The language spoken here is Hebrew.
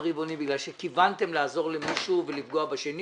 רבעונים כי כיוונתם לעזור למישהו ולפגוע בשני?